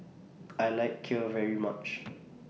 I like Kheer very much